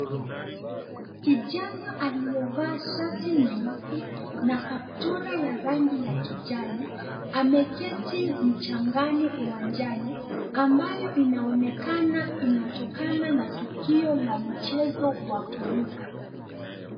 Kijana aliyevaa shati nyeusi na kaptura ya rangi ya kijani ameketi mchangani uwanjani ambayo inaonekana inatokana na tukio la mchezo wa kuruka.